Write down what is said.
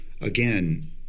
again